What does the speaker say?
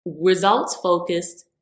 results-focused